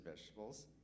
vegetables